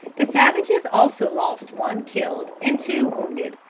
the savages also lost one killed and two wounded,